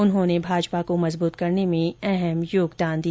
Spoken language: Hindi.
उन्होंने भाजपा को मजबूत करने में अहम योगदान दिया